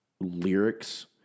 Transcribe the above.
Lyrics